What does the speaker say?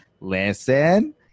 Listen